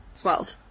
Twelve